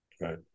Right